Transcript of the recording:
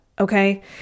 okay